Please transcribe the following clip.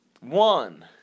One